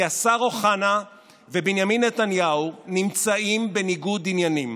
כי השר אוחנה ובנימין נתניהו נמצאים בניגוד עניינים.